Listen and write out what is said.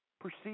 Proceed